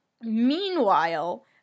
meanwhile